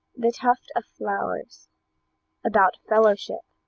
the tuft of flowers about fellowship